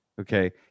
Okay